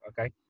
Okay